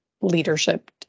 leadership